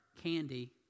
candy